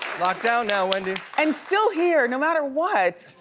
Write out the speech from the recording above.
locked down now, wendy. and still here no matter what.